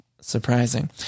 Surprising